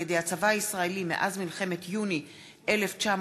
על-ידי הצבא הישראלי מאז מלחמת יוני 1967,